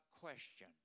question